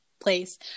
place